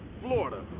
Florida